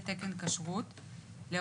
הוא לא